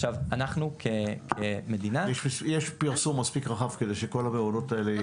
עכשיו אנחנו כמדינה --- יש פרסום מספיק רחב כדי שכל המעונות האלה,